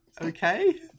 Okay